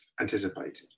anticipated